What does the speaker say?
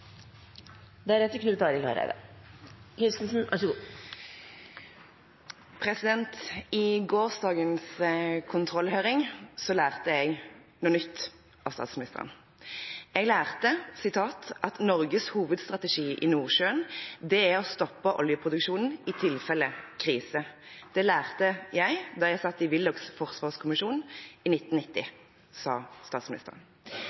vær så god! I gårsdagens kontrollhøring lærte jeg noe nytt av statsministeren. Jeg lærte at det er «Norges hovedstrategi i Nordsjøen å stoppe oljeproduksjonen i tilfelle en krise. Dette lærte jeg da jeg satt i Willochs forsvarskommisjon i 1990» – som statsministeren